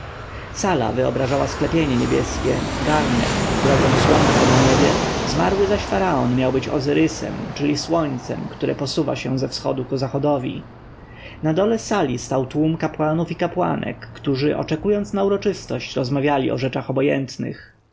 sala wyobrażała sklepienie niebieskie ganek drogę słońca na niebie zmarły zaś faraon miał być ozyrysem czyli słońcem które posuwa się od wschodu ku zachodowi na dole sali stał tłum kapłanów i kapłanek którzy oczekując na uroczystość rozmawiali o rzeczach obojętnych